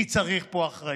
כי צריך פה אחריות.